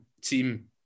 team